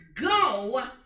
go